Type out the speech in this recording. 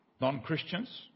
non-Christians